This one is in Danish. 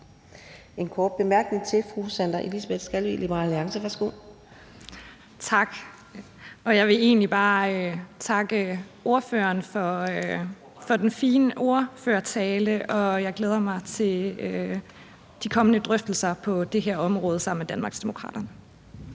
en kort bemærkning til fru Sandra Elisabeth Skalvig, Liberal Alliance. Værsgo. Kl. 11:41 Sandra Elisabeth Skalvig (LA): Tak. Jeg vil egentlig bare takke ordføreren for den fine ordførertale, og jeg glæder mig til de kommende drøftelser på det her område sammen med Danmarksdemokraterne.